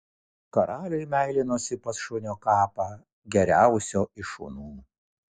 karaliui meilinosi pas šunio kapą geriausio iš šunų